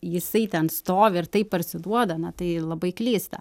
jisai ten stovi ir taip parsiduoda na tai labai klysta